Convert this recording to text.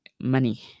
money